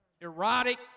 erotic